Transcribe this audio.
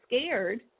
scared